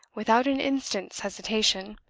without an instant's hesitation.